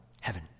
heaven